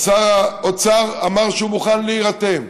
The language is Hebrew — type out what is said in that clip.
ושר האוצר אמר שהוא מוכן להירתם: